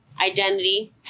identity